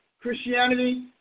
Christianity